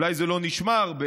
אולי זה לא נשמע הרבה,